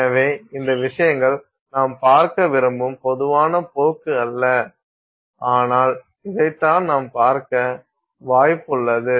எனவே இந்த விஷயங்கள் நாம் பார்க்க விரும்பும் பொதுவான போக்கு அல்ல ஆனால் இதைத்தான் நாம் பார்க்க வாய்ப்புள்ளது